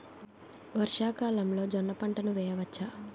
వర్షాకాలంలో జోన్న పంటను వేయవచ్చా?